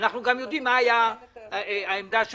אנחנו גם יודעים מה הייתה העמדה של